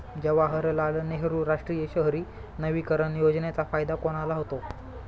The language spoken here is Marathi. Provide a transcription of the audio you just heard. जवाहरलाल नेहरू राष्ट्रीय शहरी नवीकरण योजनेचा फायदा कोणाला होतो?